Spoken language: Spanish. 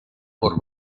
por